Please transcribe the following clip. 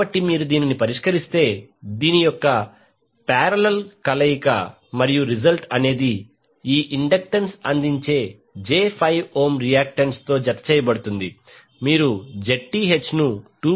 కాబట్టి మీరు దీనిని పరిష్కరిస్తే దీని యొక్క పారేలల్ కలయిక మరియు రిసల్ట్ అనేది ఈ ఇండక్టెన్స్ అందించే j5 ఓం రియాక్టన్స్తో జతచేయబడుతుంది మీరు Zth ను 2